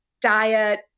diet